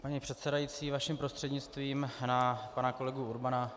Paní předsedající, vaším prostřednictvím na pana kolegu Urbana.